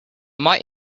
might